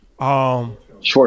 Short